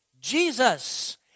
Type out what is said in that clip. Jesus